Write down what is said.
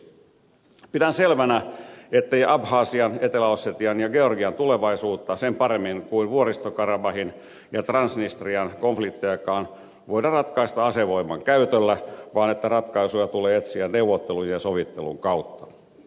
pidän selvänä ettei abhasian etelä ossetian ja georgian tulevaisuutta sen paremmin kuin vuoristo karabahin ja transnistrian konfliktejakaan voida ratkaista asevoiman käytöllä vaan että ratkaisuja tulee etsiä neuvottelun ja sovittelun kautta